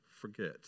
forget